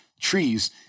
trees